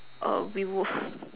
err we would